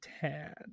tad